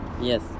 yes